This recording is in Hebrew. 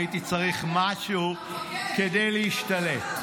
הייתי צריך משהו כדי להשתלט.